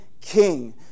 King